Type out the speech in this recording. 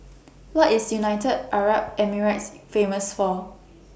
What IS United Arab Emirates Famous For